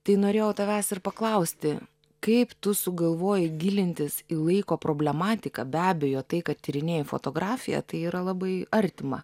tai norėjau tavęs ir paklausti kaip tu sugalvojai gilintis į laiko problematiką be abejo tai kad tyrinėji fotografiją tai yra labai artima